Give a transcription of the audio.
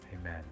amen